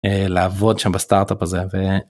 לעבוד שם בסטארט-אפ הזה.